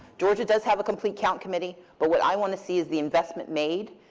georgia does have a complete count committee, but what i want to see is the investment made.